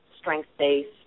strength-based